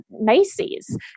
Macy's